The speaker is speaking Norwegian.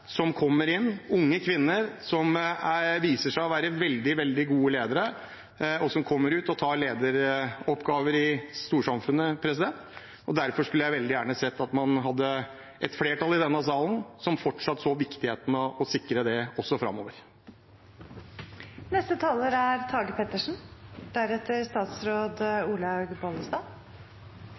unge kvinner som viser seg å være veldig, veldig gode ledere, og som kommer ut og tar lederoppgaver i storsamfunnet. Derfor skulle jeg veldig gjerne sett at man hadde et flertall i denne salen som fortsatt så viktigheten av å sikre det også